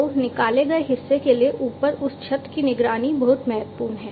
तो निकाले गए हिस्से के ऊपर उस छत की निगरानी बहुत महत्वपूर्ण है